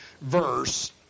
verse